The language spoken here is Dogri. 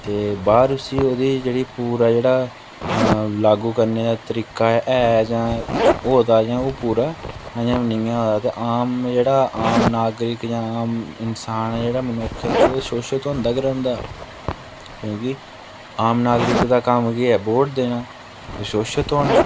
ते बाह्र उसी ओह्दी जेह्ड़ी पूरा जेह्ड़ा लागू करने दा तरीका ऐ जां होए दा जां ओह् पूरा अजें बी नी होए दा ते आम जेह्ड़ा आम नागरक जां आम इंसान ऐ जेह्ड़ा मनुक्ख ते ओह् शोशत होंदा गै रौंह्दा क्योंकि आम नागरक दा कम्म केह् ऐ वोट देना ते शोशत होना